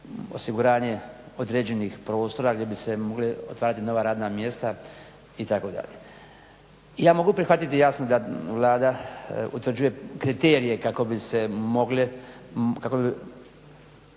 osiguranje određenih prostora gdje bi se mogla otvarati nova radna mjesta itd. Ja mogu prihvatiti jasno da Vlada utvrđuje kriterije kako bi se mogle,